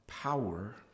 power